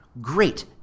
Great